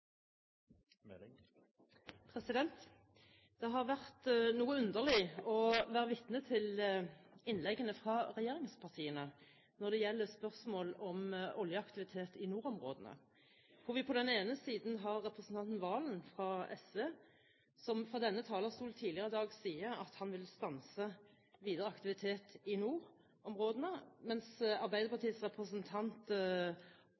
distrikter. Det har vært noe underlig å være vitne til innleggene fra regjeringspartiene når det gjelder spørsmål om oljeaktivitet i nordområdene, der vi på den ene siden har representanten Serigstad Valen fra SV, som fra denne talerstol tidligere i dag sa at han vil stanse videre aktivitet i nordområdene, mens